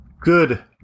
Good